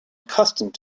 accustomed